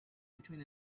between